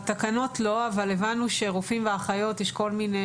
בתקנות לא אבל הבנו שרופאים ואחיות יש כול מיני